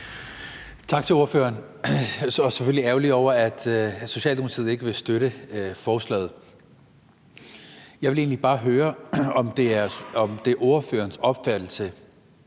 Tak til ordføreren. Jeg er selvfølgelig ærgerlig over, at Socialdemokratiet ikke vil støtte forslaget. Jeg vil egentlig bare høre, om det er ordførerens opfattelse,